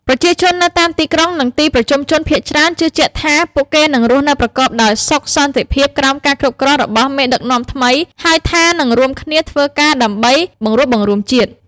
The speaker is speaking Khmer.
ប្រជាជននៅតាមទីក្រុង និងទីប្រជុំជនភាគច្រើនជឿជាក់ថា ពួកគេនឹងរស់នៅប្រកបដោយសុខសន្តិភាពក្រោមការគ្រប់គ្រងរបស់មេដឹកនាំថ្មី ហើយថានឹងរួមគ្នាធ្វើការដើម្បីបង្រួបបង្រួមជាតិ។